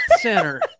center